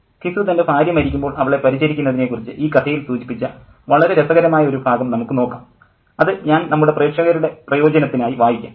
ഘിസു തൻ്റെ ഭാര്യ മരിക്കുമ്പോൾ അവളെ പരിചരിക്കുന്നതിനെക്കുറിച്ച് ഈ കഥയിൽ സൂചിപ്പിച്ച വളരെ രസകരമായ ഒരു ഭാഗം നമുക്ക് നോക്കാം അത് ഞാൻ നമ്മുടെ പ്രേക്ഷകരുടെ പ്രയോജനത്തിനായി വായിക്കാം